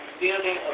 building